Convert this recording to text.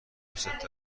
دوستت